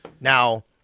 Now